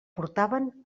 portaven